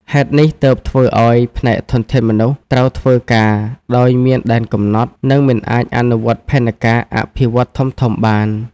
ហេតុនេះទើបធ្វើឱ្យ ផ្នែកធនធានមនុស្ស ត្រូវធ្វើការដោយមានដែនកំណត់ និងមិនអាចអនុវត្តផែនការអភិវឌ្ឍន៍ធំៗបាន។